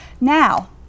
Now